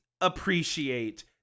appreciate